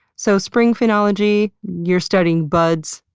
so spring phenology, you're studying buds,